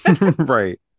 Right